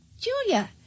Julia